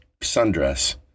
sundress